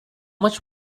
much